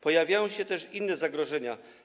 Pojawiają się też inne zagrożenia.